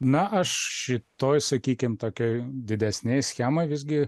na aš šitoj sakykim tokioj didesnėj schemoj visgi